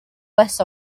west